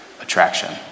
attraction